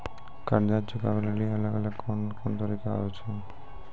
कर्जा चुकाबै लेली अलग अलग कोन कोन तरिका होय छै?